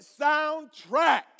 soundtrack